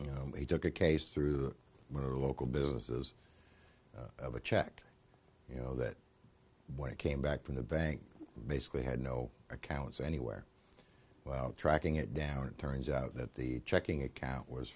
you know he took a case through one of the local businesses of a check you know that when it came back from the bank basically had no accounts anywhere tracking it down it turns out that the checking account was